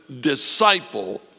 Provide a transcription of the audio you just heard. disciple